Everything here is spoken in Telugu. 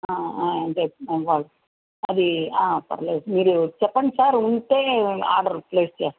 అది పర్లేదు మీరు చెప్పండి సార్ ఉంటే ఆర్డర్ ప్లేస్ చేస్తాం